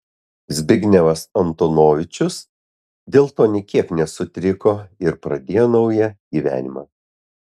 zbignevas antonovičius dėl to nė kiek nesutriko ir pradėjo naują gyvenimą